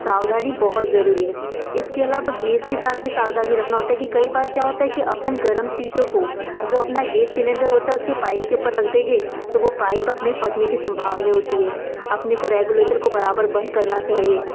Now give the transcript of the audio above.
सावधानी बहुत ज़रूरी है इसके अलावा गेस के साथ भी सावधानी रखना होता है कि कई बार क्या होता है कि अपन गर्म चीज़ों को जो अपना गेस सिलेंडर होता है उसके पाइप के ऊपर रख देंगे तो वह पाइप अपने फ़टने के सम्भावने होती है अपने को रेगुलेतर को बराबर बंद करना चाहिए